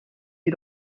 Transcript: die